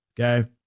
Okay